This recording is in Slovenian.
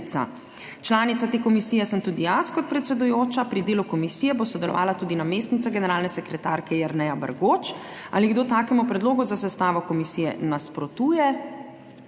Članica te komisije sem tudi jaz kot predsedujoča. Pri delu komisije bo sodelovala tudi namestnica generalne sekretarke Jerneja Bergoč. Ali kdo takemu predlogu za sestavo komisije nasprotuje?